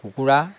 কুকুৰা